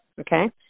okay